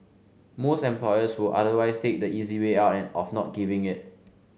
most employers will otherwise take the easy way out and of not giving it